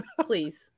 please